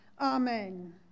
Amen